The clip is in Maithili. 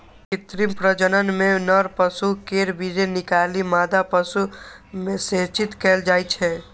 कृत्रिम प्रजनन मे नर पशु केर वीर्य निकालि मादा पशु मे सेचित कैल जाइ छै